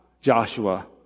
Joshua